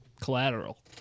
Collateral